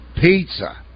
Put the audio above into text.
Pizza